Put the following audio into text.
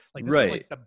Right